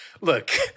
look